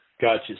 Gotcha